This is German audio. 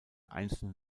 einzelne